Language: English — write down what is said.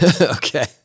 Okay